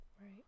right